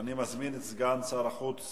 אני מזמין את סגן שר החוץ